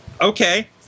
okay